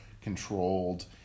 controlled